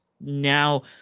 now